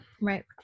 right